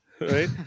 Right